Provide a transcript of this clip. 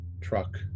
truck